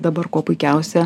dabar kuo puikiausia